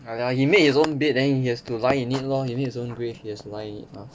ya lah he made his own bed then he has to lie in it lor he dig his own grave he has to lie in it now